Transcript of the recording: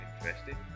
interesting